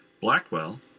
Blackwell